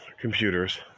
computers